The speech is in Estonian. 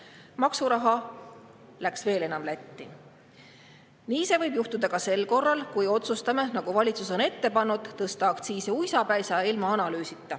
Maksuraha läks veel enam Lätti. Nii võib juhtuda ka sel korral, kui otsustame, nagu valitsus on ette pannud, tõsta aktsiise uisapäisa ja ilma analüüsita.